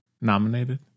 nominated